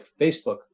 Facebook